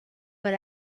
but